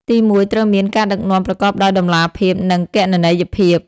ទីមួយ ត្រូវមាន ការដឹកនាំប្រកបដោយតម្លាភាពនិងគណនេយ្យភាព។